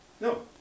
No